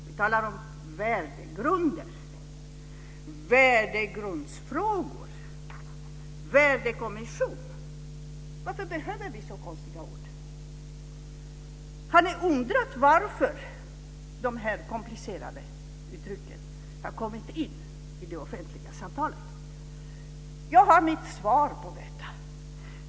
Vi talar om värdegrunder, värdegrundsfrågor, värdekommission. Varför behöver vi så konstiga ord? Har ni undrat varför de här komplicerade uttrycken har kommit in i det offentliga samtalet? Jag har mitt svar på detta.